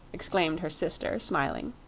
exclaimed her sister, smiling.